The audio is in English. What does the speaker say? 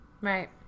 Right